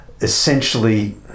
Essentially